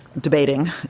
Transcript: debating